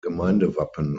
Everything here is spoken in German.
gemeindewappen